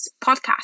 podcast